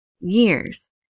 years